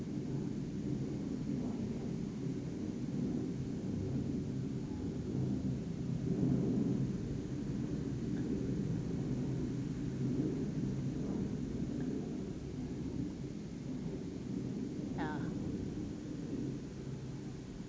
ya